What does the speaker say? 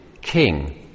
king